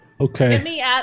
Okay